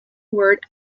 word